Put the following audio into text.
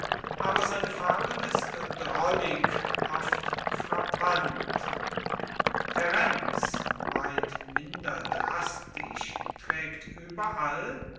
aber seine fabel ist drollig und oft frappant terenz weit minder drastisch trägt überall